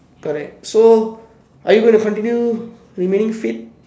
correct so are you going to continue remaining fit